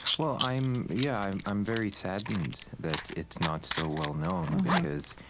well, i'm yeah. i'm very saddened that it's not so well known because,